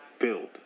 build